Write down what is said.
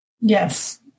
yes